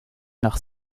nach